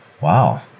wow